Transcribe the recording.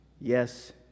Yes